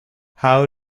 how